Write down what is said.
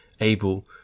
able